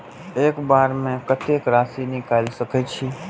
एक बार में कतेक राशि निकाल सकेछी?